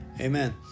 Amen